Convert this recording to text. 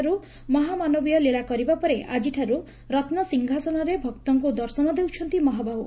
ଶ୍ରୀମ ମହାମାନବୀୟ ଲୀଳା କରିବା ପରେ ଆକିଠାରୁ ରତୁସିଂହାସନରେ ଭକ୍ତଙ୍କୁ ଦର୍ଶନ ଦେଉଛନ୍ତି ମହାବାହୁ